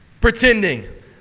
pretending